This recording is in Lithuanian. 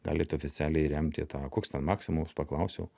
galit oficialiai remti tą koks ten maksimumas paklausiau